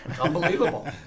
unbelievable